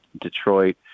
Detroit